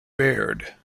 baird